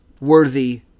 worthy